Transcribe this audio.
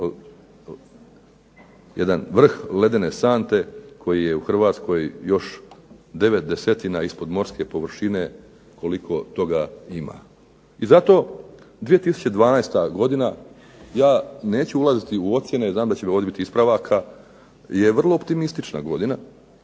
jedan vrh ledene sante koji je u Hrvatskoj još devet desetina ispod morske površine koliko toga ima. I zato 2012. godina, ja neću ulaziti u ocjene, znam da će ovdje biti ispravaka, je vrlo optimistična godina